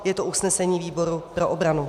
Je to usnesení výboru pro obranu.